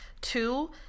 two